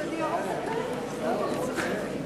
חוק האזרחים הוותיקים